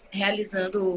realizando